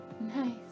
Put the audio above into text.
Nice